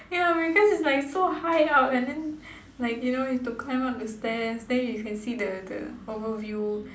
ya because is like so high up and then like you know need to climb up the stairs then you can see the the overview